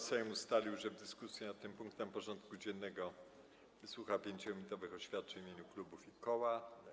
Sejm ustalił, że w dyskusji nad tym punktem porządku dziennego wysłucha 5-minutowych oświadczeń w imieniu klubów i koła.